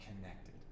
connected